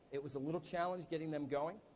it was a little challenge getting them going,